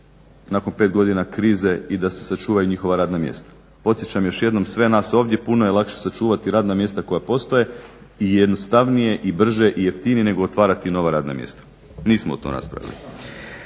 nakon pet godina krize i da se sačuvaju njihova radna mjesta. Podsjećam još jednom sve nas ovdje puno je lakše sačuvati radna mjesta koja postoje i jednostavnije i brže i jeftinije nego otvarati nova radna mjesta, nismo o tom raspravili.